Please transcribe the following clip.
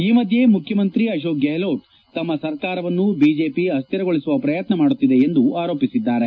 ಈ ಮಧ್ಯೆ ಮುಖ್ಯಮಂತ್ರಿ ಅಶೋಕ್ ಗೇಲ್ಹೋಟ್ ತಮ್ಮ ಸರ್ಕಾರವನ್ನು ಬಿಜೆಪಿ ಅಶ್ಠಿರಗೊಳಿಸುವ ಪ್ರಯತ್ನ ಮಾಡುತ್ತಿದೆ ಎಂದು ಆರೋಪಿಸಿದ್ದಾರೆ